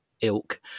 ilk